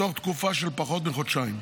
בתוך תקופה של פחות מחודשיים.